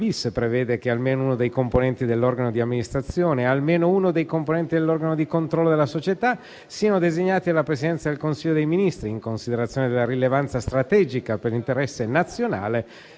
prevede che almeno uno dei componenti dell'organo di amministrazione e almeno uno dei componenti dell'organo di controllo della società siano designati dalla Presidenza del Consiglio dei ministri, in considerazione della rilevanza strategica per l'interesse nazionale